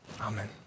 Amen